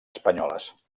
espanyoles